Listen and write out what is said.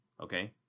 okay